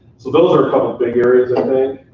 so those are a couple of big areas, i think,